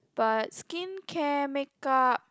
but skincare make up